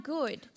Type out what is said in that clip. good